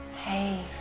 hey